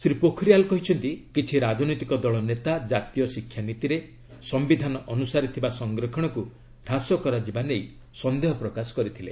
ଶ୍ରୀ ପୋଖରିଆଲ୍ କହିଛନ୍ତି କିଛି ରାଜନୈତିକ ଦଳ ନେତା ଜାତୀୟ ଶିକ୍ଷାନୀତିରେ ସମ୍ଭିଧାନ ଅନୁସାରେ ଥିବା ସଂରକ୍ଷଣକୁ ହ୍ରାସ କରାଯିବା ନେଇ ସନ୍ଦେହ ପ୍ରକାଶ କରିଥିଲେ